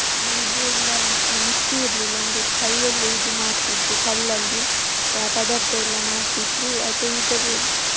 ಇದು ಇಲ್ಲ ಮಿಕ್ಸಿ ಇರಲಿಲ್ಲ ಅಂದರೆ ಕೈಯಲ್ಲೆ ಇದು ಮಾಡ್ತಿದ್ದರು ಕಲ್ಲಲ್ಲಿ ಪದಾರ್ಥ ಎಲ್ಲ ಮಾಡ್ತಿದ್ದರು ಆದರೆ ಈಗ